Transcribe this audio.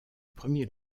premier